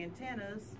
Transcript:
antennas